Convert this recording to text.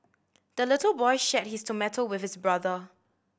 the little boy shared his tomato with his brother